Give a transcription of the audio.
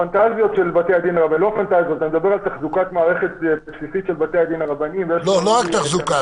אני מדבר על תחזוקת מערכת בסיסית של בתי-הדין הרבניים --- לא תחזוקה,